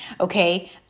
okay